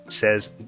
Says